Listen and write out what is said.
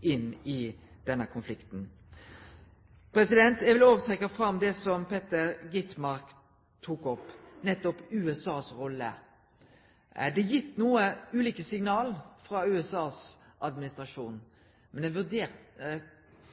inn i denne konflikten. Eg vil òg trekkje fram det som Peter Gitmark tok opp, USAs rolle. Det er gitt noko ulike signal frå USAs administrasjon, men eg er